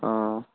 ஆ